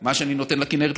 את מה שאני נותן לכינרת,